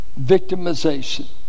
Victimization